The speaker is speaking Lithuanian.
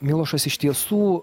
milošas iš tiesų